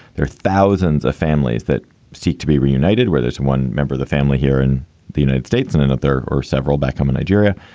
there are thousands of families that seek to be reunited with its one member, the family here in the united states and another or several back home in nigeria.